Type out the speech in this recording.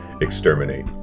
Exterminate